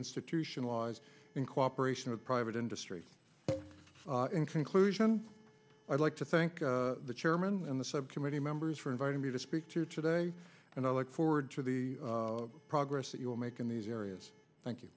institutionalized in cooperation with private industry in conclusion i'd like to thank the chairman and the subcommittee members for inviting me to speak to today and i look forward to the progress that you will make in these areas thank you